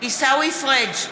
עיסאווי פריג'